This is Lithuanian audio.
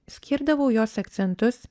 skirdavau jos akcentus